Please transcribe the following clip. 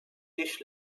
dish